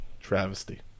travesty